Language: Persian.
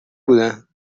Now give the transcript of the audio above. بودن